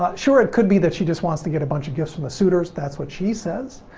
ah sure, it could be that she just wants to get a bunch of gifts from the suitors, that's what she says.